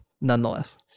nonetheless